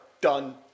done